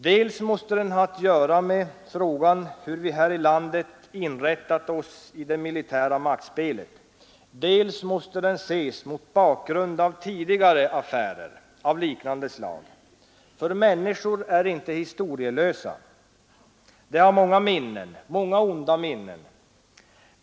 Dels måste den ha att göra med frågan hur vi här i landet inrättat oss i det militära maktspelet. Dels måste den ses mot bakgrund av tidigare ”affärer” av liknande slag. För människor är inte historielösa, de har många minnen, många onda minnen.